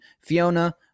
Fiona